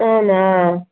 అవునా